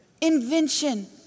invention